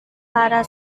para